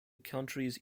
countries